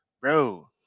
bro